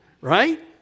right